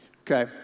Okay